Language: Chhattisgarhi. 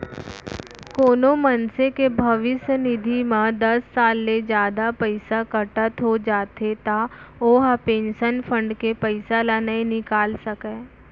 कोनो मनसे के भविस्य निधि म दस साल ले जादा पइसा कटत हो जाथे त ओ ह पेंसन फंड के पइसा ल नइ निकाल सकय